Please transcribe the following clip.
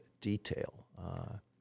detail